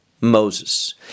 Moses